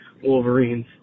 Wolverines